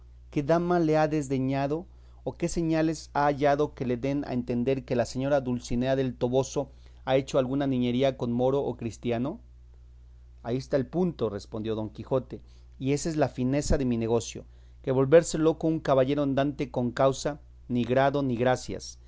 qué dama le ha desdeñado o qué señales ha hallado que le den a entender que la señora dulcinea del toboso ha hecho alguna niñería con moro o cristiano ahí esta el punto respondió don quijote y ésa es la fineza de mi negocio que volverse loco un caballero andante con causa ni grado ni gracias